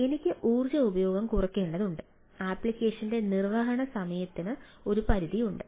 അതിനാൽ എനിക്ക് ഊർജ്ജ ഉപഭോഗം കുറയ്ക്കേണ്ടതുണ്ട് ആപ്ലിക്കേഷന്റെ നിർവ്വഹണ സമയത്തിന് ഒരു പരിധിയുണ്ട്